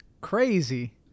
Crazy